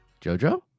Jojo